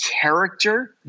character